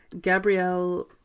gabrielle